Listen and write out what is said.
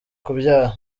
kubyara